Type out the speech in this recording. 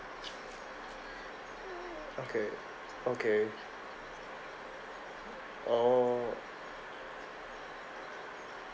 okay okay oh